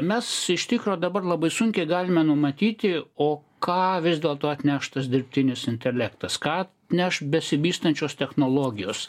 mes iš tikro dabar labai sunkiai galime numatyti o ką vis dėlto atneš tas dirbtinis intelektas ką neš besivystančios technologijos